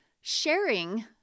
sharing